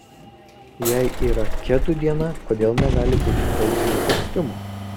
jei yra kedų diena kodėl negali būti tautinio kostiumo